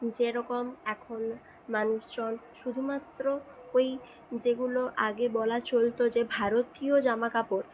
যেরকম এখন মানুষজন শুধুমাত্র ওই যেগুলো আগে বলা চলতো যে ভারতীয় জামাকাপড়